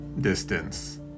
distance